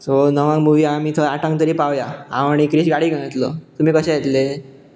so णवांक movie आसा आमी थंय आठांक तरी पावया हांव आनी क्रियेश गाडी घेवन येतलो तुमी कशें येतलें